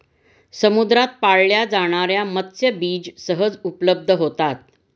समुद्रात पाळल्या जाणार्या मत्स्यबीज सहज उपलब्ध होतात